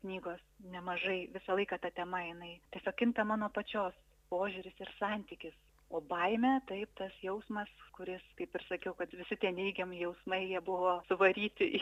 knygos nemažai visą laiką ta tema jinai tiesiog kinta mano pačios požiūris ir santykis o baimė taip tas jausmas kuris kaip ir sakiau kad visi tie neigiami jausmai jie buvo suvaryti į